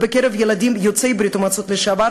בקרב ילדים יוצאי ברית-המועצות לשעבר